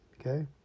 Okay